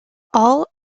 all